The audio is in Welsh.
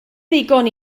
ddigon